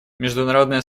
международное